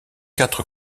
quatre